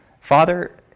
Father